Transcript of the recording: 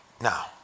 Now